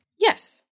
Yes